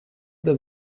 для